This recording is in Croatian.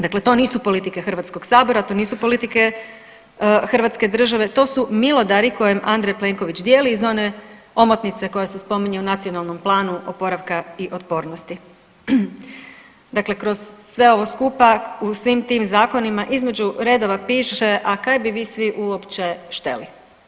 Dakle, to nisu politike Hrvatskog sabora, to nisu politike hrvatske države, to su milodari koje Andrej Plenković dijeli iz one omotnice koja se spominje u Nacionalnom planu oporavka i otpornosti, dakle kroz sve ovo skupa u svim tim zakonima između redova piše a kaj bi vi svi uopće šteli.